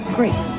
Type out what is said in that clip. Great